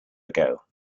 ago